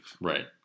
Right